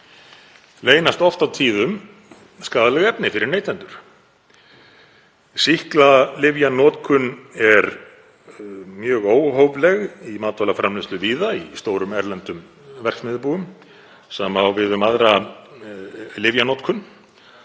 leynast oft á tíðum skaðleg efni fyrir neytendur. Sýklalyfjanotkun er mjög óhófleg í matvælaframleiðslu víða á stórum erlendum verksmiðjubúum. Sama á við um aðra lyfjanotkun